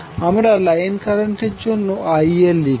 আমরা লাইন কারেন্টের জন্য Ia লিখবো